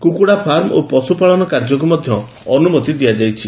କୁକୁଡ଼ା ଫାର୍ମ ଓ ପଶୁପାଳନ କାର୍ଯ୍ୟକୁ ମଧ୍ୟ ଅନୁମତି ଦିଆଯାଇଛି